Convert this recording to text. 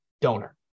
donor